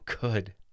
good